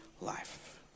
life